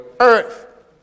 earth